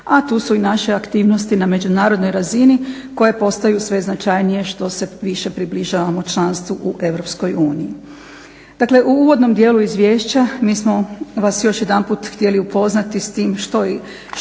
a tu su i naše aktivnosti na međunarodnoj razini koje postaju sve značajnije što se više približavamo članstvu u EU. Dakle, u uvodnom dijelu izvješća mi smo vas još jedanput htjeli upoznati s tim što